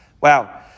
Wow